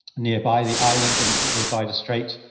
nearby the island and nearby the strait.